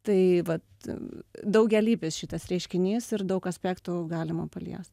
tai vat daugialypis šitas reiškinys ir daug aspektų galima paliest